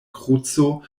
kruco